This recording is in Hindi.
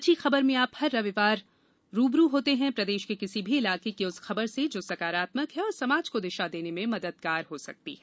अच्छी खबर में आप हर रविवार रू ब रू होते हैं प्रदेश के किसी भी इलाके की उस खबर से जो सकारात्मक है और समाज को दिशा देने में मददगार हो सकती है